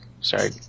Sorry